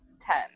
Ten